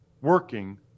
working